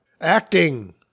Acting